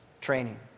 training